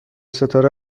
ستاره